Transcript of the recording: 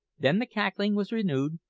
then the cackling was renewed,